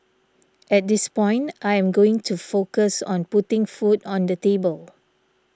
at this point I am going to focus on putting food on the table